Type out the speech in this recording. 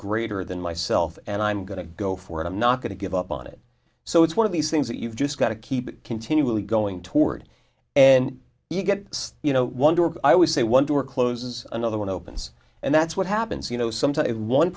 greater than myself and i'm going to go for it i'm not going to give up on it so it's one of these things that you've just got to keep continually going toward and you get you know wonder i always say one door closes another one opens and that's what happens you know sometimes one